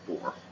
four